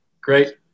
Great